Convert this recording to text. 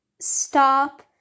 stop